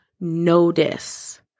notice